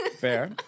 Fair